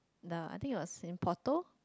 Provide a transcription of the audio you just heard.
the I think it was in photo